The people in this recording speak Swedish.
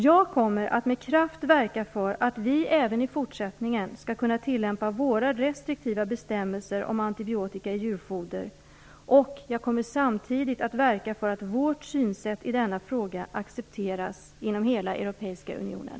Jag kommer att med kraft verka för att vi även i fortsättningen skall kunna tillämpa våra restriktiva bestämmelser om antibiotika i djurfoder, och jag kommer samtidigt att verka för att vårt synsätt i denna fråga accepteras inom hela Europeiska unionen.